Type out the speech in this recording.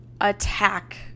attack